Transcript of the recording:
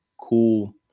cool